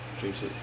James